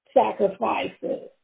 sacrifices